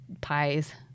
pies